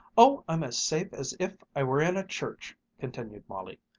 oh, i'm as safe as if i were in a church, continued molly.